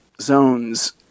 zones